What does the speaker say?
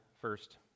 first